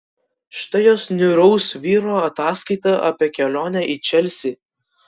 štai jos niūraus vyro ataskaita apie kelionę į čelsį